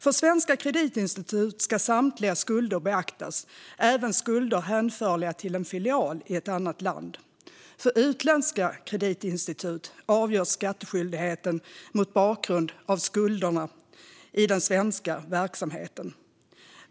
För svenska kreditinstitut ska samtliga skulder beaktas, även skulder hänförliga till en filial i ett annat land. För utländska kreditinstitut avgörs skattskyldigheten mot bakgrund av skulderna i den svenska verksamheten.